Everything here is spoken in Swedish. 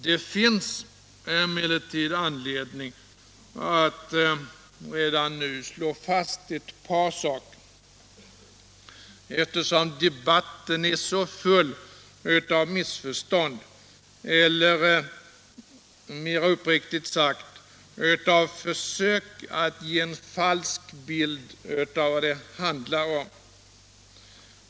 Det finns emellertid anledning att redan nu slå fast ett par saker, eftersom debatten är så full av missförstånd eller — mer uppriktigt sagt — försök att ge en falsk bild av vad det handlar om.